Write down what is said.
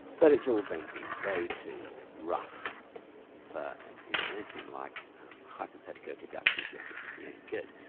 but it's all going to be way too rough for anything like hypothetico-deductive method to be any good,